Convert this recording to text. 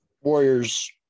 Warriors